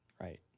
right